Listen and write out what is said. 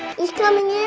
this coming year,